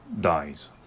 dies